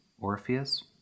Orpheus